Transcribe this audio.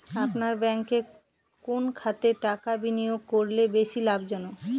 আপনার ব্যাংকে কোন খাতে টাকা বিনিয়োগ করলে বেশি লাভজনক?